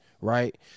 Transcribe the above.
right